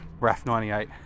Raf98